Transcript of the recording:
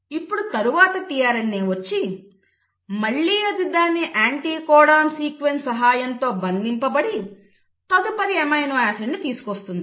ఇప్పుడు తరువాత tRNA వచ్చి దాని యాంటీకోడాన్ సీక్వెన్స్ సహాయంతో బంధింపబడి తదుపరి అమైనో ఆసిడ్ని తీసుకువస్తుంది